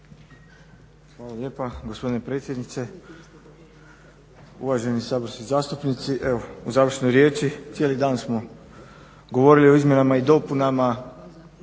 Hvala lijepa gospodine predsjedniče. Uvaženi saborski zastupnici. Evo u završnoj riječi, cijeli dan smo govorili o izmjenama i dopunama